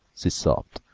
she sobbed.